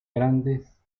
grandes